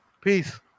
Peace